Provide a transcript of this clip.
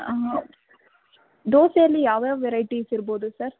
ಆಂ ದೋಸೆಯಲ್ಲಿ ಯಾವ ಯಾವ ವೆರೈಟೀಸ್ ಇರ್ಬೋದು ಸರ್